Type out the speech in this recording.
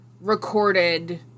recorded